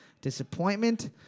disappointment